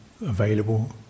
available